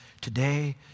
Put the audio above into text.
today